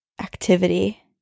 activity